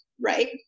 right